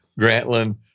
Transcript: Grantland